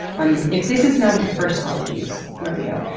um if this is not your first ologies rodeo,